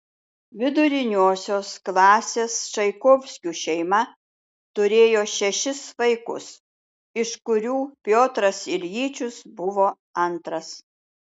viduriniosios klasės čaikovskių šeima turėjo šešis vaikus iš kurių piotras iljičius buvo antras